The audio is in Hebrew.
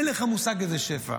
אין לך מושג איזה שפע.